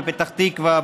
בפתח תקווה,